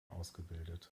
ausgebildet